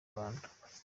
rwanda